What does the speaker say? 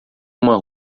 uma